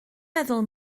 meddwl